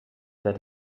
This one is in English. that